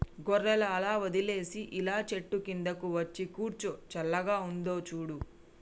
గొర్రెలు అలా వదిలేసి ఇలా చెట్టు కిందకు వచ్చి కూర్చో చల్లగా ఉందో చూడు